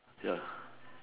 ya